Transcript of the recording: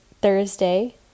Thursday